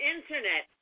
Internet